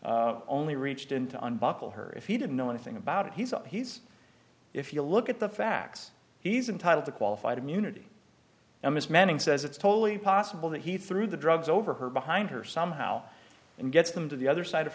only reached into and buckle her if he didn't know anything about it he's a he's if you look at the facts he's entitled to qualified immunity and miss manning says it's totally possible that he threw the drugs over her behind her somehow and gets them to the other side of